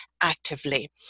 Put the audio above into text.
actively